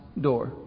door